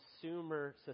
consumer